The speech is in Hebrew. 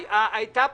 יש לנו פה